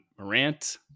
Morant